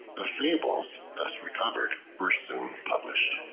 the fables thus recovered were soon published.